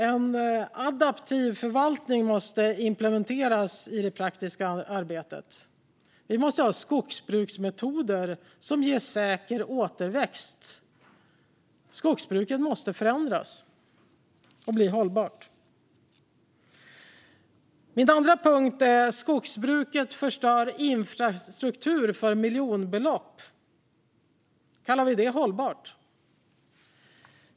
En adaptiv förvaltning måste implementeras i det praktiska arbetet. Vi måste ha skogsbruksmetoder som ger säker återväxt. Skogsbruket måste förändras och bli hållbart. Min andra punkt är att skogsbruket förstör infrastruktur för miljonbelopp. Kallar vi det hållbart?